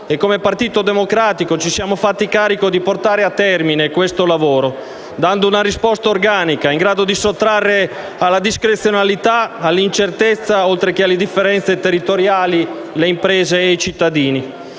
e, come Partito Democratico, ci siamo fatti carico di portare a termine questo lavoro, dando una risposta organica, in grado di sottrarre alla discrezionalità e all'incertezza, oltre che alle differenze territoriali, le imprese e i cittadini.